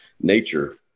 nature